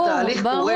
אבל התהליך קורה,